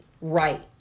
right